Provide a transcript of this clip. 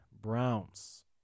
Browns